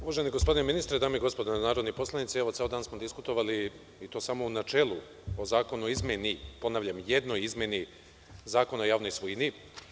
Uvaženi gospodine ministre, dame i gospodo narodni poslanici, ceo dan smo diskutovali, i to samo u načelu, o izmeni, ponavljam, jednoj izmeni Zakona o javnoj svojini.